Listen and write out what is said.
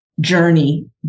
journey